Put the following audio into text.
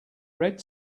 red